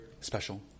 special